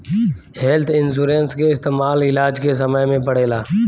health insurance के इस्तमाल इलाज के समय में पड़ेला